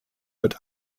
wird